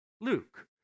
Luke